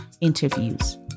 interviews